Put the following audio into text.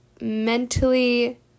mentally